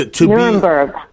Nuremberg